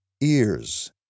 ears